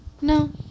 No